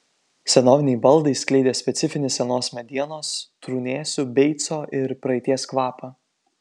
senoviniai baldai skleidė specifinį senos medienos trūnėsių beico ir praeities kvapą